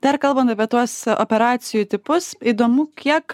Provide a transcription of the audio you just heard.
dar kalbant apie tuos operacijų tipus įdomu kiek